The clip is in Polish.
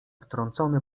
wtrącony